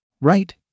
Right